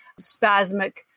spasmic